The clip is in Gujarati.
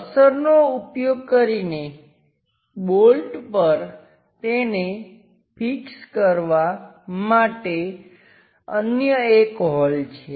વોશરનો ઉપયોગ કરીને બોલ્ટ પર તેને ફિક્સ કરવા માટે અન્ય એક હોલ છે